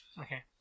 Okay